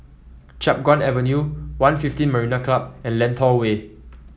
Chiap Guan Avenue One fifteen Marina Club and Lentor Way